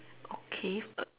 okay uh